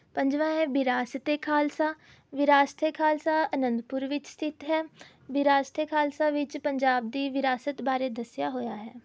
ਪੰਜਵਾਂ ਹੈ ਵਿਰਾਸਤ ਏ ਖਾਲਸਾ ਵਿਰਾਸਤ ਏ ਖਾਲਸਾ ਅਨੰਦਪੁਰ ਵਿੱਚ ਸਥਿਤ ਹੈ ਵਿਰਾਸਤ ਏ ਖਾਲਸਾ ਵਿੱਚ ਪੰਜਾਬ ਦੀ ਵਿਰਾਸਤ ਬਾਰੇ ਦੱਸਿਆ ਹੋਇਆ ਹੈ